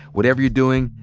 whatever you're doing,